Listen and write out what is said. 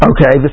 Okay